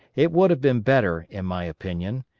it would have been better, in my opinion,